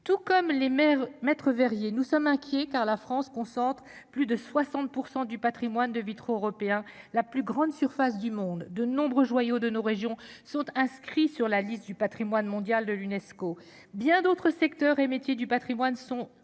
tout comme les maires, maître verrier, nous sommes inquiets, car la France concentre plus de 60 % du Patrimoine de vitraux européens la plus grande surface du monde, de nombreux joyaux de nos régions sont inscrits sur la liste du Patrimoine mondial de l'Unesco bien d'autres secteurs et métiers du Patrimoine sont